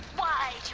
why,